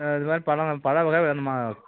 ஆ இதுமாதிரி பழம் பழவகை வேணும்மா